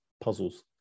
puzzles